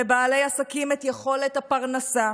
לבעלי עסקים, את יכולת הפרנסה,